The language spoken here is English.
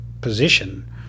position